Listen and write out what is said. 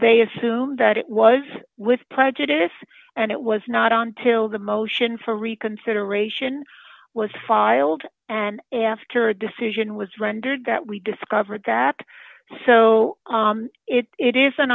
they assume that it was with prejudice and it was not until the motion for reconsideration was filed and after a decision was rendered that we discovered that so it is an